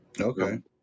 okay